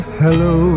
hello